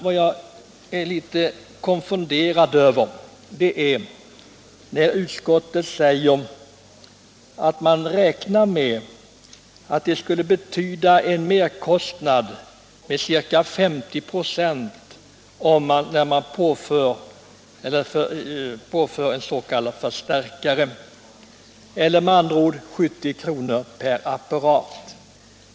Vad jag är mycket konfunderad över är att utskottet säger att man räknar med att det skulle betyda en merkostnad på ca 50 96 eller med andra ord 70 kr. per apparat att utrusta telefonapparaterna med ljudförstärkare.